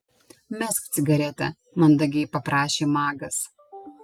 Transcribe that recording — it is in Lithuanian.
mesk cigaretę mandagiai paprašė magas